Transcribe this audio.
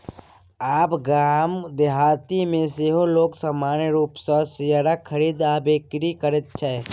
आब गाम देहातमे सेहो लोग सामान्य रूपसँ शेयरक खरीद आ बिकरी करैत छै